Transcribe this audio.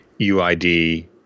UID